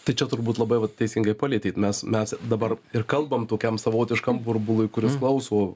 ta čia turbūt labai vat teisingai palietėt nes mes dabar ir kalbam tokiam savotiškam burbului kuris klauso